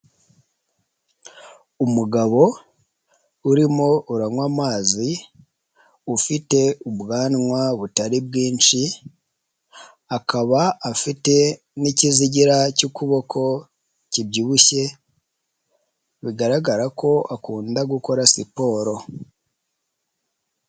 Umugabo urimo uranywa amazi, ufite ubwanwa butari bwinshi, akaba afite n'ikizigira cy'ukuboko kibyibushye, bigaragara ko akunda gukora siporo.